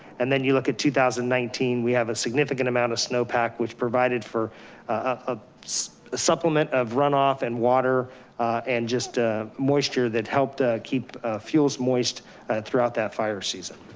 and then you look at two thousand and nineteen, we have a significant amount of snow pack, which provided for a supplement of runoff and water and just ah moisture that helped ah keep fuels moist throughout that fire season.